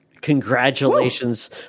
Congratulations